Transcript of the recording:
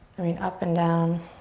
i mean up and down.